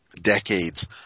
decades